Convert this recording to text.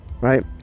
right